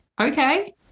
okay